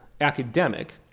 academic